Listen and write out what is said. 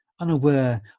unaware